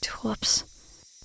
Whoops